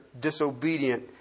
disobedient